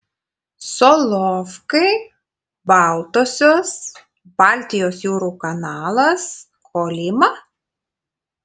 solovkai baltosios baltijos jūrų kanalas kolyma